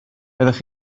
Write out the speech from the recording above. byddech